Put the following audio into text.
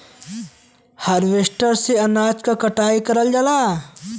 harvester से अनाज के कटाई कइल जाला